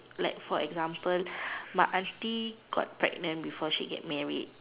like for example my auntie got pregnant before she get married